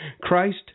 Christ